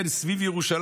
כן, סביב ירושלים.